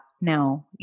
No